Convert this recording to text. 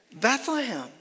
Bethlehem